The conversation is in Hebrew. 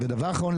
ודבר אחרון,